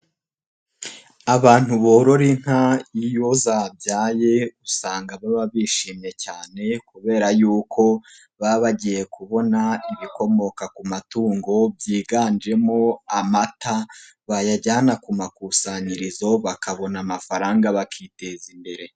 Abantu borora inka iyo zabyaye usanga baba bishimye cyane kubera yuko baba bagiye kubona ibikomoka ku matungo byiganjemo amata bayajyana ku makusanyirizo bakabona amafaranga bakiteza imbere.